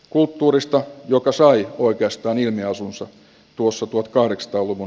kulttuurista joka sai voitostaan ilmiasunsa ruusu putkahdekstroluvun